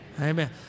Amen